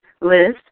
Liz